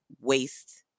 waste